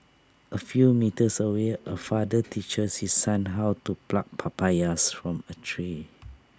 A few metres away A father teaches his son how to pluck papayas from A tree